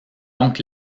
donc